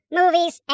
movies